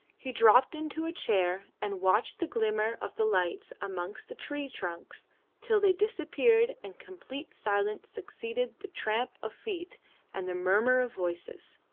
he dropped into a chair and watched the glimmer of the lights amongst the tree trunks till they disappeared and complete silence succeeded the tramp of feet and the murmur of voices.